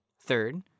Third